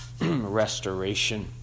restoration